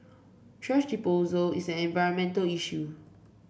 thrash disposal is an environmental issue